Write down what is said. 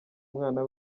mwana